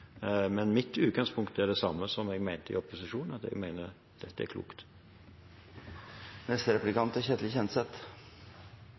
Men mitt utgangspunkt er det samme som jeg mente i opposisjon, at jeg mener at det er klokt.